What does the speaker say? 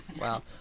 Wow